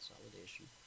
consolidation